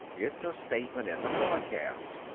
it's a statement in the broadcast.